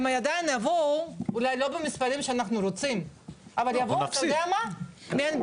הם עדיין יבואו אולי לא במספרים שאנחנו רוצים בגלל שאין ברירה,